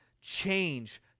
change